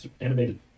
Animated